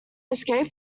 escaped